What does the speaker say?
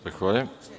Zahvaljujem.